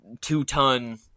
two-ton